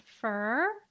fur